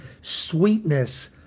sweetness